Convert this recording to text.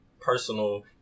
personal